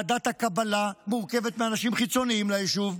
ועדת הקבלה מורכבת מאנשים חיצוניים ליישוב,